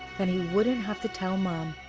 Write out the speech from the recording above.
then he wouldn't have to tell mom.